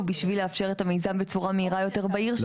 בשביל לאפשר את המיזם בצורה מהירה יותר בעיר שלנו".